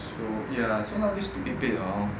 so ya so now this stupid bed lah hor